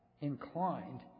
inclined